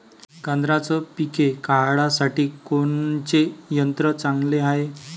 गांजराचं पिके काढासाठी कोनचे यंत्र चांगले हाय?